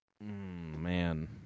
Man